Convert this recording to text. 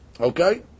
Okay